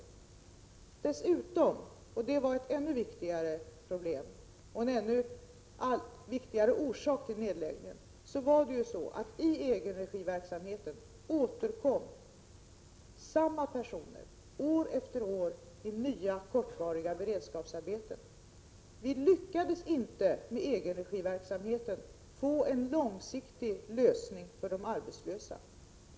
För det andra — och det var en ännu viktigare orsak till nedläggningen — återkom samma personer i egenregiverksamheten år efter år i nya kortvariga beredskapsarbeten. Vi lyckades inte med egenregiverksamheten få en långsiktig lösning för de arbetslösa.